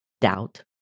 doubt